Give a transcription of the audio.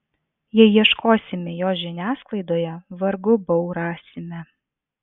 jei ieškosime jo žiniasklaidoje vargu bau rasime